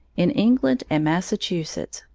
in england and massachusetts,